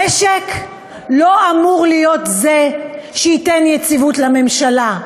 המשק לא אמור להיות זה שייתן יציבות לממשלה,